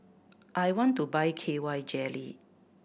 I want to buy K Y Jelly